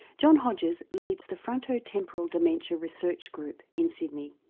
john hodges leads the frontotemporal dementia research group in sydney.